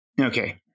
Okay